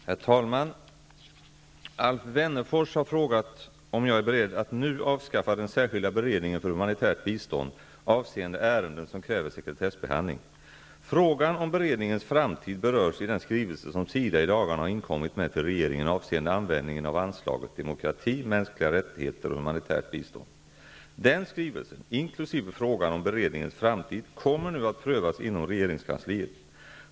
Herr talman! Alf Wennerfors har frågat om jag är beredd att nu avskaffa den särskilda beredningen för humanitärt bistånd avseende ärenden som kräver sekretessbehandling. Frågan om beredningens framtid berörs i den skrivelse som SIDA i dagarna har inkommit med till regeringen avseende användningen av anslaget Den skrivelsen, inkl. frågan om beredningens framtid, kommer nu att prövas inom regeringskansliet.